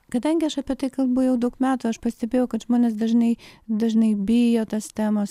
kadangi aš apie tai kalbu jau daug metų aš pastebėjau kad žmonės dažnai dažnai bijo tos temos